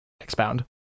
expound